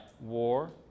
war